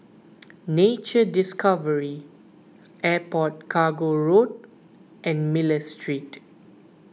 Nature Discovery Airport Cargo Road and Miller Street